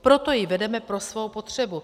Proto ji vedeme pro svou potřebu.